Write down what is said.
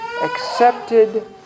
accepted